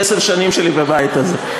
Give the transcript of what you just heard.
בעשר השנים שלי בבית הזה.